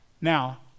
Now